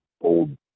old